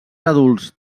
adults